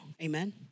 Amen